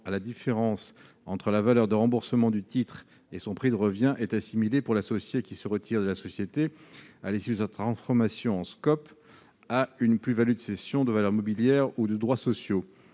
à la différence entre la valeur de remboursement du titre et son prix de revient est assimilée, pour l'associé qui se retire de la société à l'issue de sa transformation en SCOP, à une plus-value de cession de valeurs mobilières ou de droits sociaux.